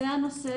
זה הנושא,